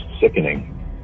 sickening